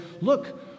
look